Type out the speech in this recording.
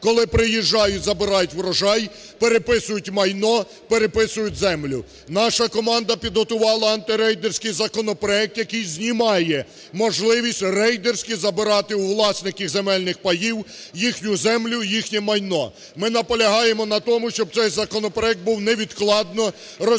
коли приїжджають, забирають врожай, переписують майно, переписують землю. Наша команда підготувала антирейдерський законопроект, який знімає можливість рейдерські забирати у власників земельних паїв їхню землю, їхнє майно. Ми наполягаємо на тому, щоб цей законопроект був невідкладно розглянутий